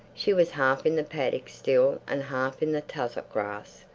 she was half in the paddock still and half in the tussock grass.